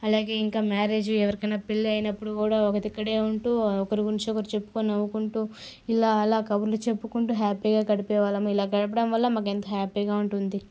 అలాగే ఇంకా మ్యారేజ్ ఎవరికైనా పెళ్ళి అయినప్పుడు కూడా ఒకరి దగ్గరే ఉంటూ ఒకరి గురించి ఒకరు చెప్పుకుని నవ్వుకుంటూ ఇలా అలా కబుర్లు చెప్పుకుంటూ హ్యాపీగా గడిపే వాళ్ళము ఇలా గడపడం వల్ల మాకు ఎంత హ్యాపీగా ఉంటుంది